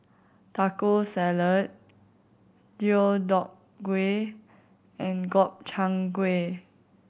Taco Salad Deodeok Gui and Gobchang Gui